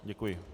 Děkuji.